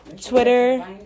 Twitter